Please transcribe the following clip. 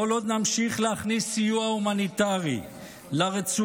כל עוד נמשיך להכניס סיוע הומניטרי לרצועה,